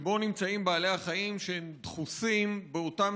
שבו נמצאים בעלי החיים כשהם דחוסים באותם